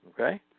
okay